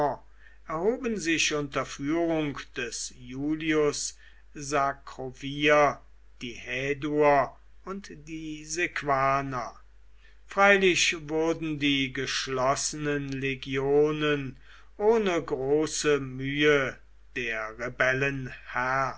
erhoben sich unter führung des iulius sacrovir die häduer und die sequaner freilich wurden die geschlossenen legionen ohne große mühe der rebellen